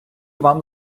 вам